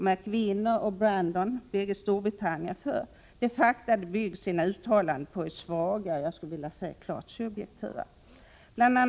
Mc Winner och Brandon, båda från Storbritannien, står för dessa uttalanden. Men deras uttalanden bygger på svaga och, skulle jag vilja säga, klart subjektiva fakta. Bl.